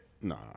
Nah